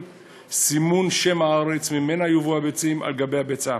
(סימון שם הארץ ממנה יובאו הביצים על-גבי הביצה).